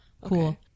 cool